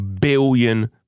billion